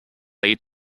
laid